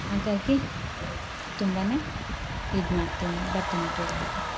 ಹಾಗಾಗಿ ತುಂಬನೇ ಇದು ಮಾಡ್ತೀನಿ ಭರತನಾಟ್ಯದ ಬಗ್ಗೆ